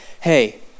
hey